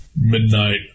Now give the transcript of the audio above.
midnight